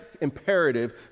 imperative